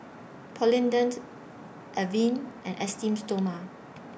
Polident Avene and Esteem Stoma